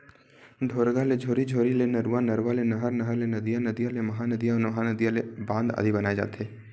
ढोरगा ले झोरी, झोरी ले नरूवा, नरवा ले नहर, नहर ले नदिया, नदिया ले महा नदिया, नदिया ले बांध आदि बनाय जाथे